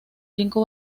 cinco